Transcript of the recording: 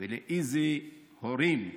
ולאיזה הורים.